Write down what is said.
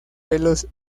pelos